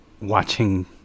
watching